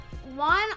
One